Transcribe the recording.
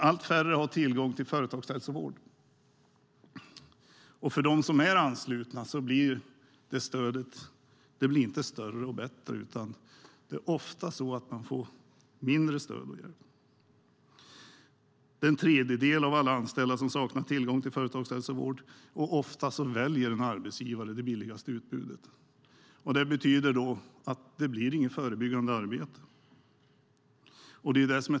Allt färre har tillgång till företagshälsovård. För dem som är anslutna blir det stödet inte större och bättre, utan ofta får man mindre stöd och hjälp. Det är en tredjedel av alla anställda som saknar tillgång till företagshälsovård. Ofta väljer arbetsgivaren det billigaste utbudet, och det betyder att det inte blir något förebyggande arbete.